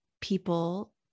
people